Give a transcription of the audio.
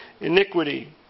iniquity